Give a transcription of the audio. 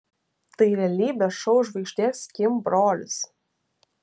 tai realybės šou žvaigždės kim brolis